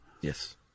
Yes